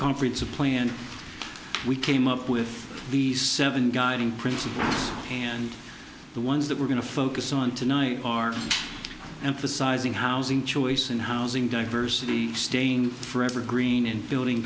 conference a plan we came up with the seven guiding principle and the ones that we're going to focus on tonight are emphasizing housing choice and housing diversity staying forever green in building